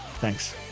thanks